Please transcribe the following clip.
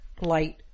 light